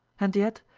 and yet,